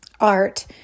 art